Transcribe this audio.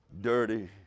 dirty